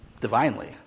divinely